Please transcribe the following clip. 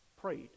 prayed